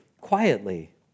quietly